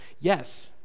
Yes